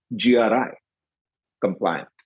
GRI-compliant